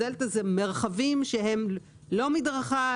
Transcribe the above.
הדלתא זה מרחבים שהם לא מדרכה,